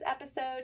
episode